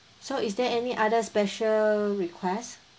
so is there any other special request